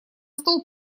стол